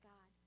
God